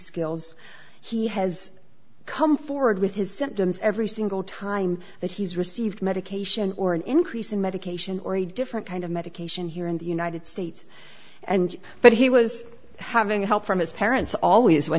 skills he has come forward with his symptoms every single time that he's received medication or an increase in medication or a different kind of medication here in the united states and but he was having help from his parents always when